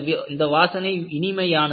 இந்த வாசனை இனிமையானது அல்ல